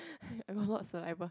I have a lot of saliva